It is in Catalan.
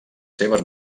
seves